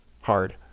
hard